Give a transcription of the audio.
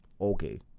Okay